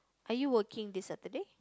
are you working this Saturday